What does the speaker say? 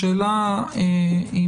השאלה אם